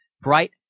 bright